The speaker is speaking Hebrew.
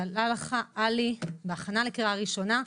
סלאלחה עלי בהכנה לקריאה ראשונה.